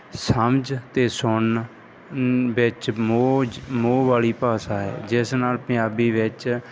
ਸਮਝ ਅਤੇ ਸੁਣਨ ਵਿੱਚ ਮੋਹ ਮੋਹ ਵਾਲੀ ਭਾਸ਼ਾ ਹੈ ਜਿਸ ਨਾਲ ਪੰਜਾਬੀ ਵਿੱਚ